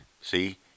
see